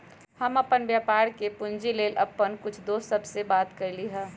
हम अप्पन व्यापार के पूंजी लेल अप्पन कुछ दोस सभ से बात कलियइ ह